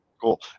cool